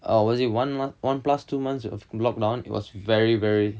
uh was it one month one plus two months of lockdown it was very very